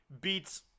beats